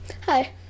Hi